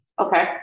Okay